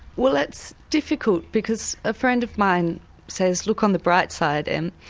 well that's difficult because a friend of mine says look on the bright side and